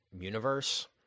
universe